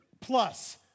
plus